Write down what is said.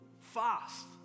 Fast